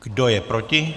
Kdo je proti?